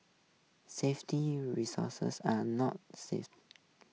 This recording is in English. safety resources are not safe